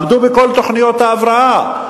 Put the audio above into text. עמדו בכל תוכניות ההבראה,